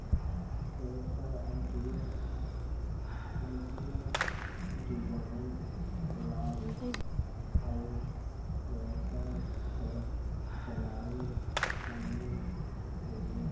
व्यवसाय क idea, design, launch अउर व्यवसाय क चलावे शामिल हउवे